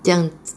这样